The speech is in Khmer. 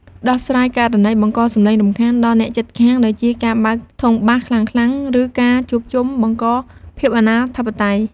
ដោះស្រាយករណីបង្កសំឡេងរំខានដល់អ្នកជិតខាង ដូចជាការបើកធុងបាសខ្លាំងៗ ឬការជួបជុំបង្កភាពអនាធិបតេយ្យ។